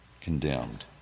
condemned